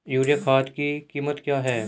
Urea खाद की कीमत क्या है?